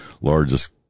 largest